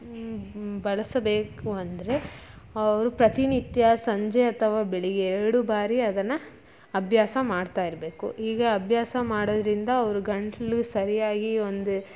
ಬಳಸಬೇಕು ಅಂದರೆ ಅವ್ರು ಪ್ರತಿನಿತ್ಯ ಸಂಜೆ ಅಥವಾ ಬೆಳಿಗ್ಗೆ ಎರಡು ಬಾರಿ ಅದನ್ನು ಅಭ್ಯಾಸ ಮಾಡ್ತಾ ಇರಬೇಕು ಈಗ ಅಭ್ಯಾಸ ಮಾಡೋದರಿಂದ ಅವ್ರ ಗಂಟಲು ಸರಿಯಾಗಿ ಒಂದು